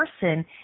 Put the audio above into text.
person